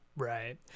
right